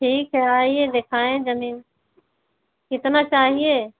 ठीक है आइए देखाएं जमीन कितना चाहिए